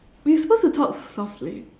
we are supposed to talk softly